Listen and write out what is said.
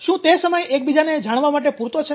શું તે સમય એકબીજાને જાણવા માટે પૂરતો છે